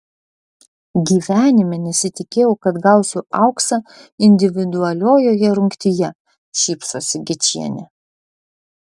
gyvenime nesitikėjau kad gausiu auksą individualiojoje rungtyje šypsosi gečienė